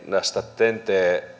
näistä ten t